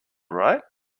right